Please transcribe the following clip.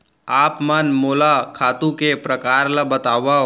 आप मन मोला खातू के प्रकार ल बतावव?